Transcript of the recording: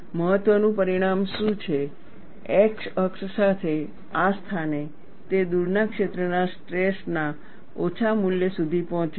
મહત્વનું પરિણામ શું છે x અક્ષ સાથે આ સ્થાને તે દૂરના ક્ષેત્રના સ્ટ્રેસ ના ઓછા મૂલ્ય સુધી પહોંચે છે